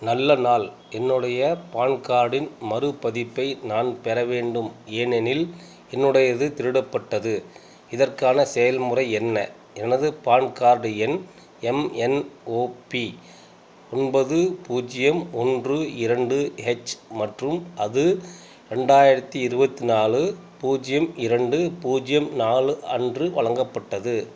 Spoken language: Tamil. நல்ல நாள் என்னுடைய பான் கார்டின் மறுபதிப்பை நான் பெற வேண்டும் ஏனெனில் என்னுடையது திருடப்பட்டது இதற்கான செயல்முறை என்ன எனது பான் கார்டு எண் எம் என் ஓ பி ஒன்பது பூஜ்ஜியம் ஒன்று இரண்டு ஹெச் மற்றும் அது இரண்டாயிரத்தி இருபத்து நாலு பூஜ்ஜியம் இரண்டு பூஜ்ஜியம் நாலு அன்று வழங்கப்பட்டது